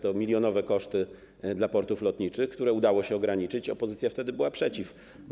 To milionowe koszty dla portów lotniczych, które udało się ograniczyć, a opozycja wtedy była przeciw.